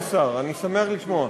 יש שר, אני שמח לשמוע.